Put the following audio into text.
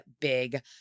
big